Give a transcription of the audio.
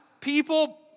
people